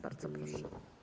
Bardzo proszę.